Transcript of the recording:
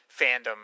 fandom